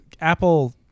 Apple